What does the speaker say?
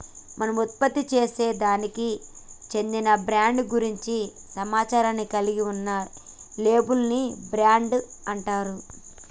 మనం ఉత్పత్తిసేసే దానికి చెందిన బ్రాండ్ గురించి సమాచారాన్ని కలిగి ఉన్న లేబుల్ ని బ్రాండ్ అంటారు